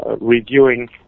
reviewing